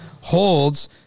holds